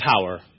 power